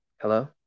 Hello